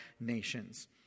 nations